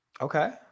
Okay